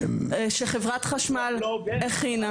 חברת חשמל הכינה.